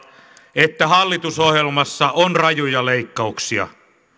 että hallitusohjelmassa on rajuja leikkauksia